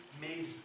made